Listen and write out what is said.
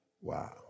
Wow